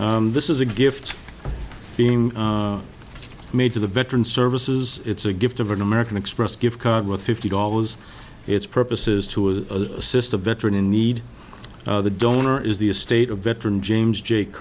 of this is a gift being made to the veteran services it's a gift of an american express gift card with fifty dollars it's purposes to a system veteran in need the donor is the estate of veteran james jake